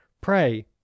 Pray